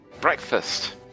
breakfast